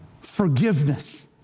forgiveness